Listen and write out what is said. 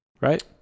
Right